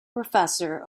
professor